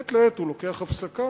מעת לעת הוא לוקח הפסקה,